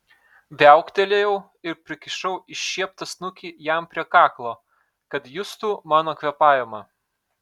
viauktelėjau ir prikišau iššieptą snukį jam prie kaklo kad justų mano kvėpavimą